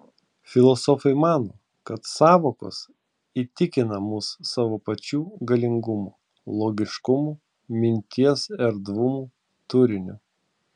filosofai mano kad sąvokos įtikina mus savo pačių galingumu logiškumu minties erdvumu turiniu